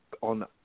on